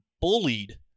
bullied